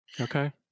Okay